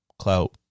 Clout